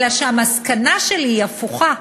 אלא שהמסקנה שלי הפוכה: